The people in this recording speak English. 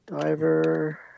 diver